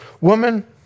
woman